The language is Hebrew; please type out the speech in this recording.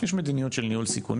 יש מדיניות של ניהול סיכונים,